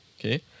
Okay